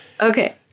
Okay